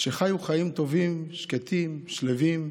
שחיו חיים טובים, שקטים, שלווים.